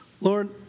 Lord